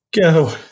Go